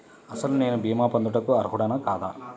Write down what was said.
అసలు నేను భీమా పొందుటకు అర్హుడన కాదా?